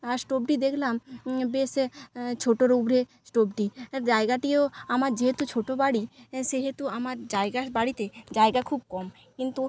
আর স্টোভটি দেখলাম বেশ ছোটোর উপরে স্টোভটি জায়গাটিও আমার যেহেতু ছোটো বাড়ি সেহেতু আমার জায়গার বাড়িতে জায়গা খুব কম কিন্তু